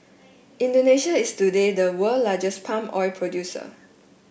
Indonesia is today the world largest palm oil producer